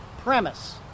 premise